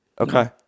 Okay